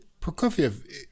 Prokofiev